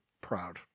proud